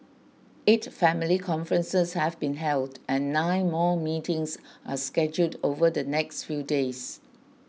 eight family conferences have been held and nine more meetings are scheduled over the next few days